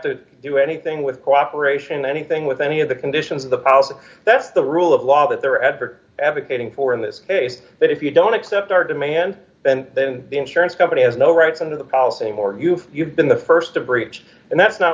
to do anything with cooperation anything with any of the conditions of the policy that's the rule of law that they're at for advocating for in this case that if you don't accept our demand then then the insurance company has no rights under the policy more you've been the st to breach and that's not